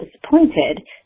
disappointed